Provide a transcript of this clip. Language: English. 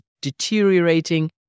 deteriorating